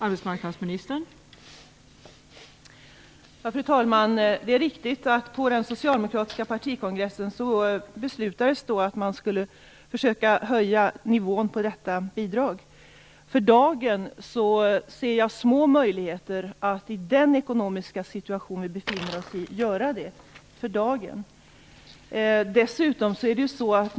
Fru talman! Det är riktigt att man på den socialdemokratiska partikongressen beslutade om att försöka höja nivån på detta bidrag. För dagen, och i dagens ekonomiska situation, ser jag små möjligheter att göra detta.